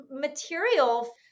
material